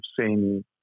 seen